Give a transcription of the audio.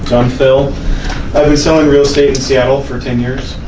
i'm phil. i've been selling real estate in seattle for ten years.